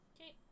Okay